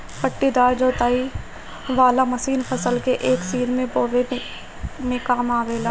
पट्टीदार जोताई वाला मशीन फसल के एक सीध में बोवे में काम आवेला